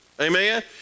Amen